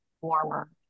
warmer